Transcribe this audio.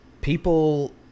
People